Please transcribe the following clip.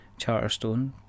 Charterstone